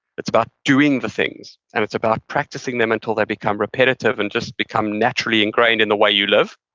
it's about doing the things and it's about practicing them until they become repetitive and just become naturally ingrained in the way you live.